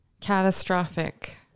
Catastrophic